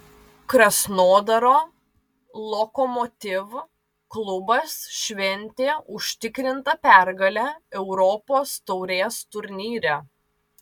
krasnodaro lokomotiv klubas šventė užtikrintą pergalę europos taurės turnyre